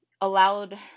allowed